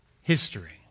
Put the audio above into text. history